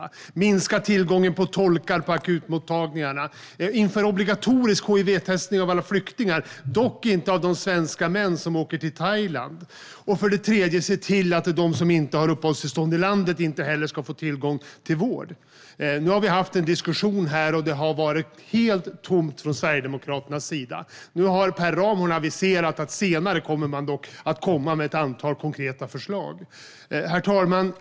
Man har velat minska tillgången till tolkar på akutmottagningarna, införa obligatorisk hivtestning av alla flyktingar - dock inte av de svenska män som åker till Thailand - och se till att de som inte har uppehållstillstånd i landet inte heller ska få tillgång till vård. Nu har vi haft en diskussion, och det har varit helt tomt från Sverigedemokraternas sida. Nu har Per Ramhorn aviserat att man senare kommer att komma med ett antal konkreta förslag. Herr talman!